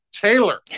Taylor